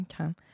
Okay